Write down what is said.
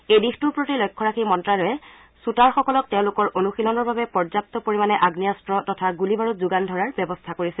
এই দিশটোৰ প্ৰতি লক্ষ্য ৰাখি মন্তালয়ে খুটাৰসকলক তেওঁলোকৰ অনুশীলনৰ বাবে পৰ্যাপু পৰিমাণে আগ্নেয়াস্ত্ৰ তথা গুলী বাৰুদ যোগান ধৰাৰ ব্যৱস্থা কৰিছে